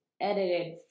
edited